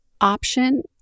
option